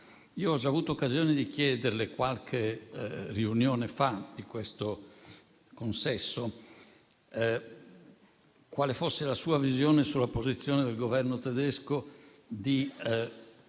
Io ho già avuto occasione di chiederle, in una precedente seduta di questo consesso, quale fosse la sua visione sulla posizione del Governo tedesco di